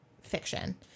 fiction